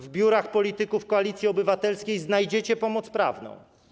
W biurach polityków Koalicji Obywatelskiej znajdziecie pomoc prawną.